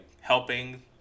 helping